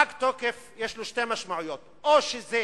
פג תוקף יש לו שתי משמעויות: או שזה